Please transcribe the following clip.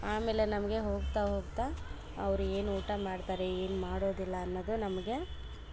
ಆಮೆಲೆ ನಮ್ಗೆ ಹೋಗ್ತ ಹೋಗ್ತಾ ಅವರು ಏನು ಊಟ ಮಾಡ್ತಾರೆ ಏನು ಮಾಡೋದಿಲ್ಲ ಅನ್ನೋದು ನಮಗೆ